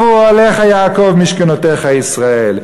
מה טובו אוהליך יעקב, משכנותיך ישראל.